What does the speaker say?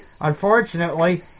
Unfortunately